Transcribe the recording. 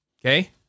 Okay